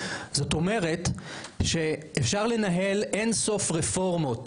זאת אומרת שאפשר לנהל אין סוף רפורמות,